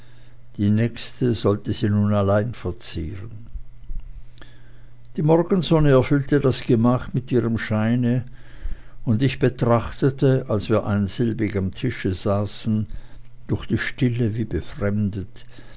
die nächste sollte sie nun allein verzehren die morgensonne erfüllte das gemach mit ihrem scheine und ich betrachtete als wir einsilbig am tische saßen durch die stille wie befremdet